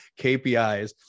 KPIs